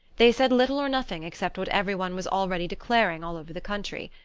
they said little or nothing except what every one was already declaring all over the country.